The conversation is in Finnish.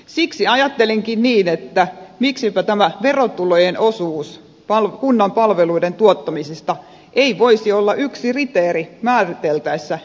siksi ajattelenkin niin että miksipä tämä verotulojen osuus kunnan palveluiden tuottamisesta ei voisi olla yksi kriteeri määriteltäessä elinvoimaista kuntaa